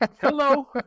hello